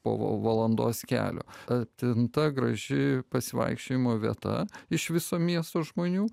po valandos kelio atimta graži pasivaikščiojimo vieta iš viso miesto žmonių